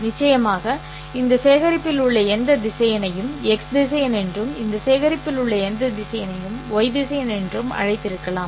நிச்சயமாக இந்த சேகரிப்பில் உள்ள எந்த திசையனையும் ́x திசையன் என்றும் இந்த சேகரிப்பில் உள்ள எந்த திசையனையும் y திசையன் என்றும் அழைத்திருக்கலாம்